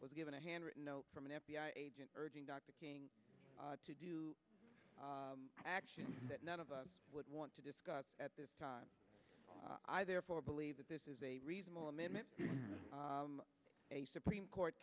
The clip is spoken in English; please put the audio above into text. was given a handwritten note from an f b i agent urging dr king to do action that none of us would want to discuss at this time i therefore believe that this is a reasonable amendment a supreme court